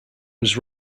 was